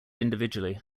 individually